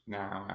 now